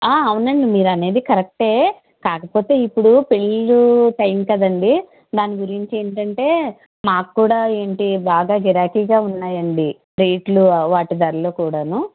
అవునండి మీరనేది కరక్టే కాకపోతే ఇప్పుడు పెళ్ళిళ్ళు టైం కదా అండి దానిగురించి ఏంటంటే మాకు కూడా ఏంటి బాగా గిరాకీగా ఉన్నాయండి రేట్లు వాటి ధరలు కూడాను